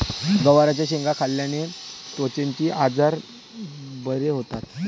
गवारच्या शेंगा खाल्ल्याने त्वचेचे आजार बरे होतात